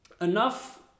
Enough